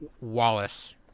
Wallace